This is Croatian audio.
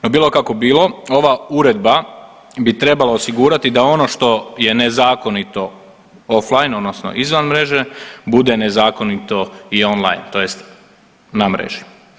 No bilo kako bilo ova uredba bi trebala osigurati da ono što je nezakonito off line odnosno izvan mreže bude nezakonito i on line, tj. na mreži.